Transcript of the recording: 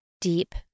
deep